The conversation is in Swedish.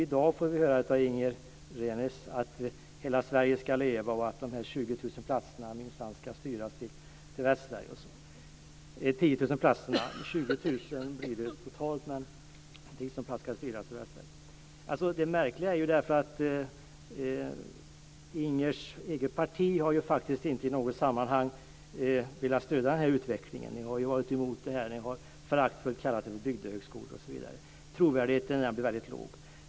I dag får vi höra av Inger René att hela Sverige skall leva och att 10 000 platser minsann skall styras till Västsverige. Det märkliga är att Ingers eget parti inte i något sammanhang har velat stödja den utvecklingen. Ni har ju varit emot detta. Ni har föraktfullt kallat det för bygdehögskolor osv. Trovärdigheten blir mycket låg.